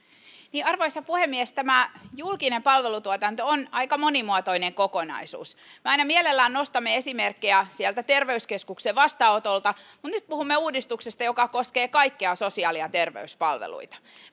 arvoisa puhemies tämä julkinen palvelutuotanto on aika monimuotoinen kokonaisuus me aina mielellämme nostamme esimerkkejä sieltä terveyskeskuksen vastaanotolta mutta nyt puhumme uudistuksesta joka koskee kaikkia sosiaali ja terveyspalveluita